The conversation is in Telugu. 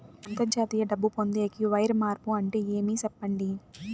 అంతర్జాతీయ డబ్బు పొందేకి, వైర్ మార్పు అంటే ఏమి? సెప్పండి?